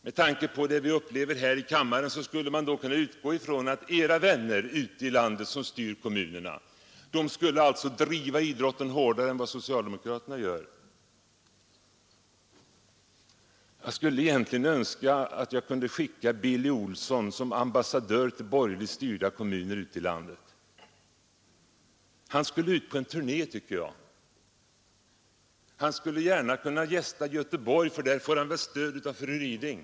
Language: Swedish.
Med tanke på det vi upplever här i kammaren skulle man kunna tro att era partivänner som styr kommunerna ute i landet skulle satsa hårdare på idrotten än vad socialdemokraterna gör. Jag skulle egentligen önska att jag kunde skicka ut Billy Olsson som ambassadör till borgerligt styrda kommuner ute i landet. Jag tycker att han skall fara ut på en sådan turné. Han skulle gärna inledningsvis kunna gästa Göteborg, för där får han kanske stöd av fru Ryding.